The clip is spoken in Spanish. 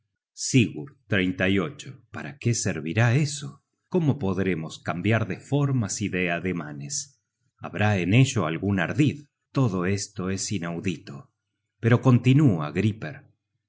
no miente sigubd para qué servirá eso cómo podremos cambiar de formas y de ademanes habrá en ello algun ardid todo esto es inaudito pero continúa griper y